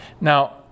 Now